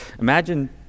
imagine